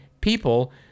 People